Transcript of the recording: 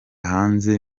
hanze